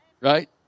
Right